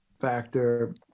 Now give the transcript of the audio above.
factor